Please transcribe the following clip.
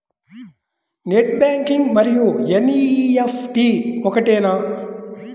Net banking మరియు NEFT ఒకటేనా?